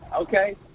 Okay